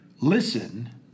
listen